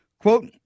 Quote